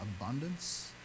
abundance